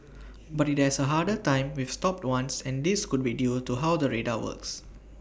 but IT has A harder time with stopped ones and this could be due to how the radar works